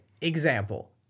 example